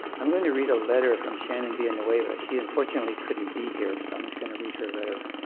i'm going to read a letter from shannon villanueva, she unfortunately couldn't be here, so i'm just gonna read her letter.